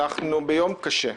אנחנו ביום קשה,